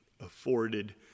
afforded